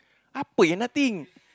apa yang nothing